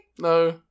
No